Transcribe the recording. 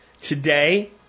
Today